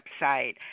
website